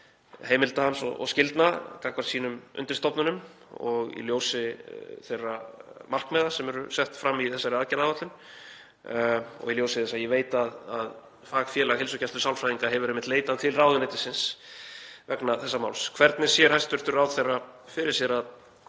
hans og skyldna gagnvart sínum undirstofnunum og í ljósi þeirra markmiða sem eru sett fram í þessari aðgerðaáætlun og í ljósi þess að ég veit að Fagfélag sálfræðinga í heilsugæslu hefur einmitt leitað til ráðuneytisins vegna þessa máls: Hvernig sér hæstv. ráðherra fyrir sér að